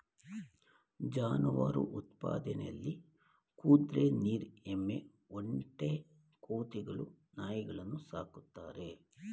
ಜಾನುವಾರು ಉತ್ಪಾದನೆಲಿ ಕುದ್ರೆ ನೀರ್ ಎಮ್ಮೆ ಒಂಟೆ ಕೋತಿಗಳು ನಾಯಿಗಳನ್ನು ಸಾಕ್ತಾರೆ